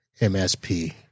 MSP